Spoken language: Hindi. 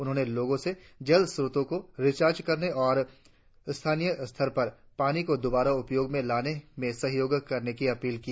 उन्होंने लोगों से जल स्रोतों को रिचार्ज करने और स्थानीय स्तर पर पानी को दोबारा उपयोग में लाने में सहयोग करने की अपील की